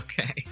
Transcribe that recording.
Okay